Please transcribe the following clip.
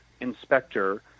inspector